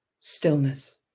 Stillness